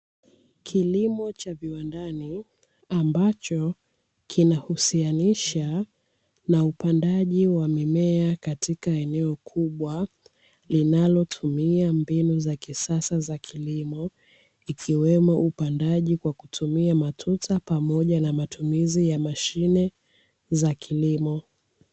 Kilimo cha viwandani, ambacho kinahusianisha na upandaji wa mimea katika eneo kubwa linalotumia mbinu za kisasa za kilimo, ikiwemo upandaji kwa kutumia matuta pamoja na matumizi ya mashine za kilimo.